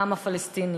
העם הפלסטיני.